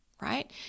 Right